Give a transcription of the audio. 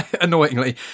annoyingly